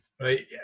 right